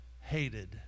hated